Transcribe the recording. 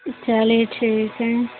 अच्छा लेट ही मिलते